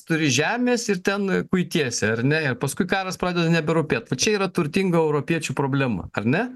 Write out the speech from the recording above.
turi žemės ir ten kuitiesi ar ne ir paskui karas pradeda neberūpėt va čia yra turtingų europiečių problema ar ne